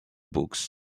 books